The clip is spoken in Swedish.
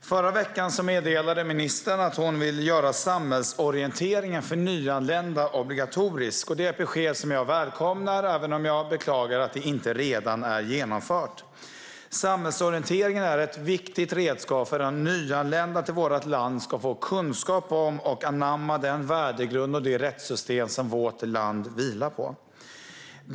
Förra veckan meddelade ministern att hon vill göra samhällsorienteringen för nyanlända obligatorisk. Det är ett besked som jag välkomnar, även om jag beklagar att det inte redan är genomfört. Samhällsorienteringen är ett viktigt redskap för att nyanlända till vårt land ska få kunskap om och anamma den värdegrund och det rättssystem som vårt land vilar på.